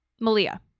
Malia